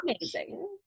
amazing